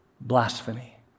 Blasphemy